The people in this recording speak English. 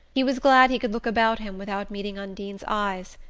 he was glad he could look about him without meeting undine's eyes,